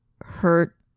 hurt